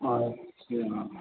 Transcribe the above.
अच्छा